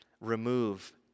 remove